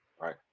right